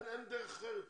אין דרך אחרת פשוט.